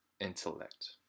Intellect